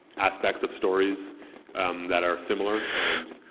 aspects of stories that are similar. and